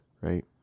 right